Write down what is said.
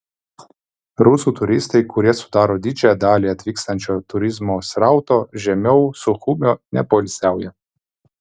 rusų turistai kurie sudaro didžiąją dalį atvykstančio turizmo srauto žemiau suchumio nepoilsiauja